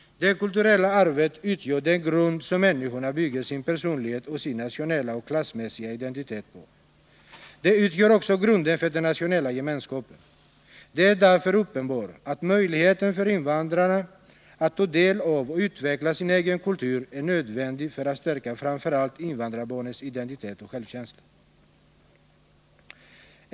Det kulturella arvet utgör den grund som människorna bygger sin personlighet och sin nationella och klassmässiga identitet på. Det utgör också grunden för den nationella gemenskapen. Det är därför uppenbart att möjligheten för invandrarna att ta del av och utveckla sin egen kultur är nödvändig för att stärka framför allt invandrarbarnens identitet och självkänsla.